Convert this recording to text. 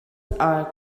are